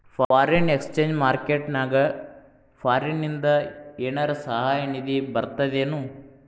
Foreign exchange market ನ್ಯಾಗ ಫಾರಿನಿಂದ ಏನರ ಸಹಾಯ ನಿಧಿ ಬರ್ತದೇನು?